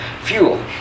fuel